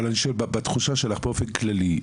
אבל אני שואל בתחושה שלך באופן כללי,